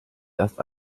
erst